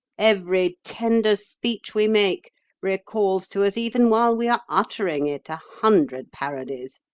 every tender speech we make recalls to us even while we are uttering it a hundred parodies.